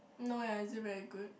no ya is it very good